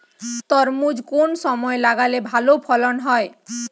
তরমুজ কোন সময় লাগালে ভালো ফলন হয়?